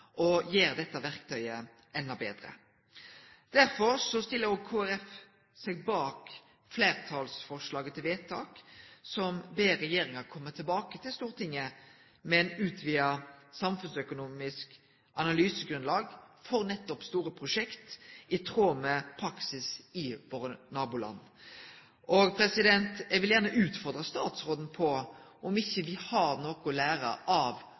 dette verktøyet enda betre. Derfor stiller også Kristeleg Folkeparti seg bak komitéfleirtalets forslag til vedtak, der ein ber regjeringa kome tilbake til Stortinget med eit utvida samfunnsøkonomisk analysegrunnlag for nettopp store prosjekt i tråd med praksisen i nabolanda våre. Eg vil gjerne utfordre statsråden på om me ikkje har noko å lære av